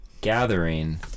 gathering